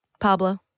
Pablo